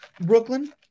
Brooklyn